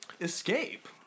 escape